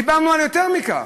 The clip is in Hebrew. דיברנו על יותר מכך: